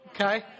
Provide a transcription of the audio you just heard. Okay